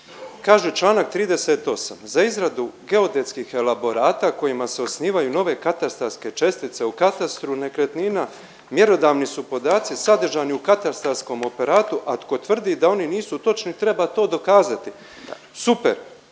Kaže Članak 38. za izradu geodetskih elaborata kojima se osnivaju nove katastarske čestice u katastru nekretnina mjerodavni su podaci sadržani u katastarskom operatu, a tko tvrdi oni nisu točni treba to dokazati. Super.